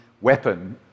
weapon